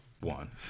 One